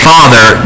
Father